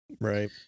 Right